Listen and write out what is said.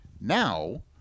Now